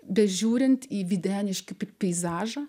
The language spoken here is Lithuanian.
bežiūrint į videniškių peizažą